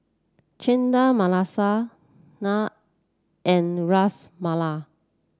Chana Masala Naan and Ras Malai